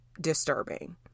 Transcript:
disturbing